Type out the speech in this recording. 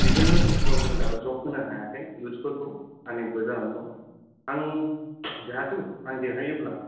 बिफनन' बुस्थुयाव जों दाबो जब होनो हायाखै इयुथ्सफोरखौ आन एमफ्लयद जानानै दं आं जाहाथे आं देरहायोब्ला